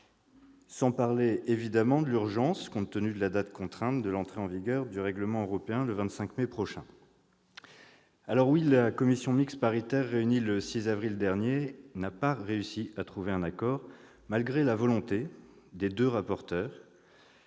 Sans parler évidemment de l'urgence compte tenu de la date contrainte de l'entrée en vigueur du règlement européen le 25 mai prochain. Alors oui, la commission mixte paritaire, réunie le 6 avril dernier, n'a pas réussi à trouver un accord, malgré la volonté des deux rapporteurs-